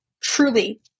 truly